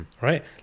Right